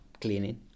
cleaning